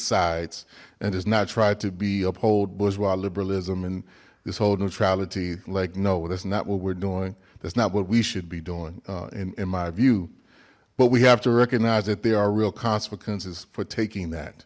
sides and does not try to be uphold bourgeois liberalism and this whole neutrality like no that's not what we're doing that's not what we should be doing and in my view but we have to recognize that there are real consequences for taking that